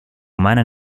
umana